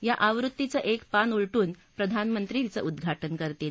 या आवृत्तीचं एक पान उल्टूजे प्रधानमंत्री तिचं उद्घाज करतील